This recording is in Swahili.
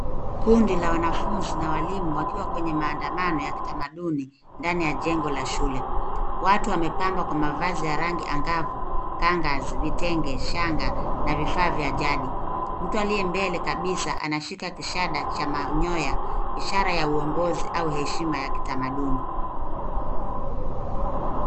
Kundi la wanafunzi na walimu wakiwa kwenye maandamano ya kitamaduni ndani ya jengo la shule. Watu wamepandwa kwa mavazi ya rangi angavu, kanga, vitenge, shanga na vifaa vya jadi. Mtu aliye mbele kabisa anashika kishada cha manyoya. Ishara ya uongozi au heshima ya kitamaduni.